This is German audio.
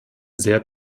sehr